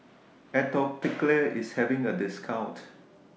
Atopiclair IS having A discount